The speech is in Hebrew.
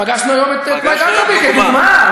פגשנו היום את מייק האקבי, לדוגמה.